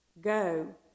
Go